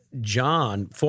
John